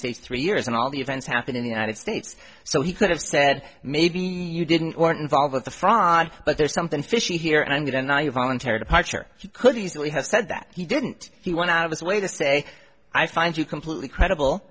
states three years and all the events happen in the united states so he could have said maybe you didn't weren't involved with the fraud but there's something fishy here and i'm going to now you voluntary departure she could easily have said that he didn't he went out of his way to say i find you completely credible